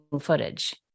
footage